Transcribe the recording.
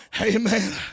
Amen